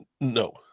No